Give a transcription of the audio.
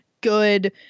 good